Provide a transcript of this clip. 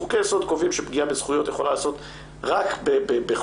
חוקי יסוד קובעים שפגיעה בזכויות יכולה להיעשות רק בחוק,